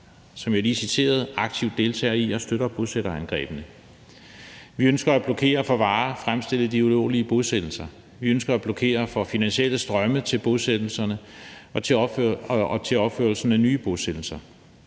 som jeg lige citerede, aktivt deltager i og støtter bosætterangrebene. Vi ønsker at blokere for varer fremstillet i de ulovlige bosættelser, og vi ønsker at blokere for finansielle strømme til bosættelserne og til opførelsen af nye bosættelser.